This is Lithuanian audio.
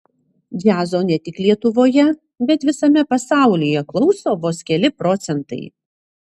džiazo ne tik lietuvoje bet visame pasaulyje klauso vos keli procentai